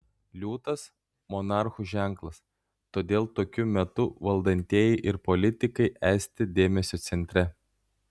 liūtas monarchų ženklas todėl tokiu metu valdantieji ir politikai esti dėmesio centre